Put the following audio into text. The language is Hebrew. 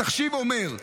התחשיב אומר: